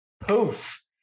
poof